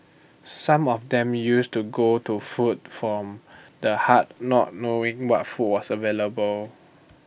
some of them used to go to food from the heart not knowing what food was available